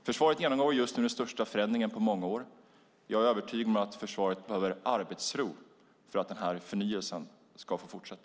Försvaret genomgår just nu den största förändringen på många år. Jag är övertygad om att försvaret behöver arbetsro för att den här förnyelsen ska få fortsätta.